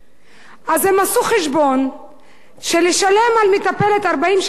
הם עשו חשבון שלשלם למטפלת 40 שקל לשעה